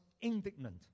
indignant